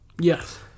Yes